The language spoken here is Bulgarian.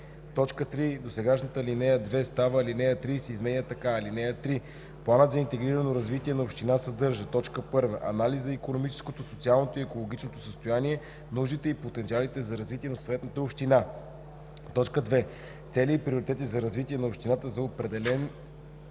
3. Досегашната ал. 2 става ал. 3 и се изменя така: „(3) Планът за интегрирано развитие на община съдържа: 1. анализ на икономическото, социалното и екологичното състояние, нуждите и потенциалите за развитие на съответната община; 2. цели и приоритети за развитие на общината за определен